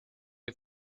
you